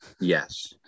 yes